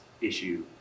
issue